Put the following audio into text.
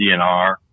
DNR